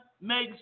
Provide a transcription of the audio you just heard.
makes